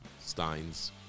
Steins